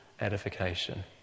edification